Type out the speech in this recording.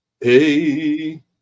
hey